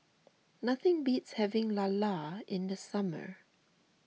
nothing beats having Lala in the summer